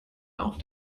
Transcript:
auch